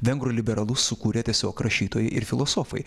vengrų liberalus sukūrė tiesiog rašytojai ir filosofai